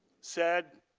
said,